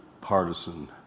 partisan